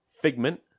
Figment